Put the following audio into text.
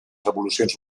revolucions